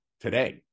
today